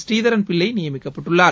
புரீதரன் பிள்ளை நியமிக்கப்பட்டுள்ளார்